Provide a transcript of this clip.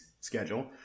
schedule